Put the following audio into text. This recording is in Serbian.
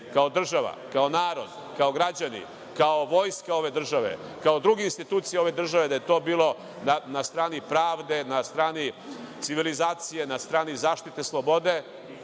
kao država, kao narod, kao građani, kao vojska ove države, kao druge institucije ove države, da je to bilo na strani pravde, na strani civilizacije, na strani zaštite slobode